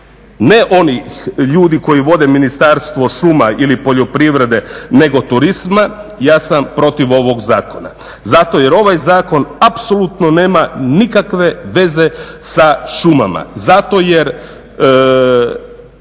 ne onih ljudi koji vode Ministarstvo šuma ili poljoprivrede nego turizma ja sam protiv ovog zakona. Zato jer ovaj zakon apsolutno nema nikakve veze sa šumama. Zato jer